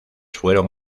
fueron